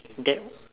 that